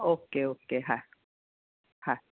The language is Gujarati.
ઓકે ઓકે હા